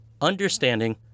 understanding